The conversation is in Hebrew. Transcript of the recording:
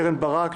קרן ברק,